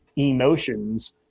emotions